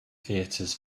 theatres